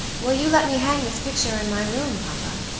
will you let me hang this picture in my room, papa?